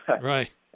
right